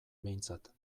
behintzat